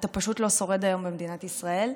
אתה פשוט לא שורד היום במדינת ישראל.